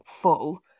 full